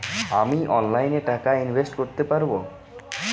আমি অনলাইনে টাকা ইনভেস্ট করতে পারবো?